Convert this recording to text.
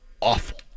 awful